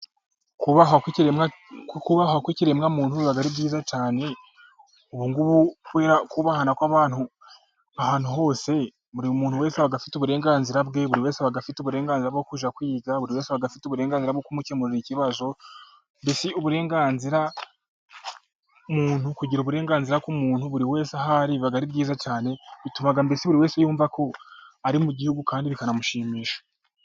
Kubahwa ku ikiremwa, kubahwa ku ikiremwamuntu biba ari byiza cyane, ubu ngubu kubahana kw'abantu, ahantu hose buri muntu wese aba afite uburenganzira bwe, buri wese afite uburenganzira bwo kujya kwiga, buri wese afite uburenganzira bwo kumukemurira ikibazo, mbese uburenganzira umuntu kugira uburenganzira k'umuntu buri wese ahari biba ari byiza cyane, bituma buri wese yumva ko ari mu gihugu kandi bikanamushimisha.